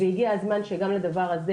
והגיע הזמן שגם לדבר הזה